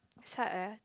such as